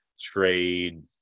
trade